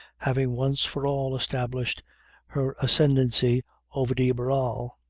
having once for all established her ascendancy over de barral.